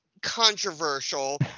controversial